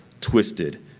twisted